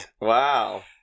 Wow